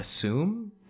assume